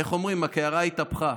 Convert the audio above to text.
איך אומרים, הקערה התהפכה.